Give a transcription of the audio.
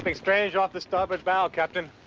like strange off the starboard bow, captain.